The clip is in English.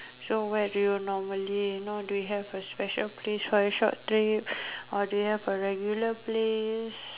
so where do you normally know do you have a special place for your short trip or do you have a regular place